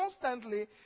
constantly